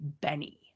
Benny